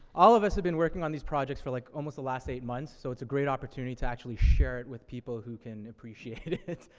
all of us have been working on these projects for, like, almost the last eight months. so it's a great opportunity to actually share it with people who can appreciate it.